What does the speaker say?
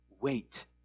Wait